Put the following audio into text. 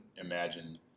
imagine